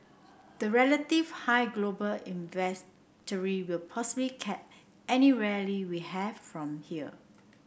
the relative high global inventory will possibly cap any rally we have from here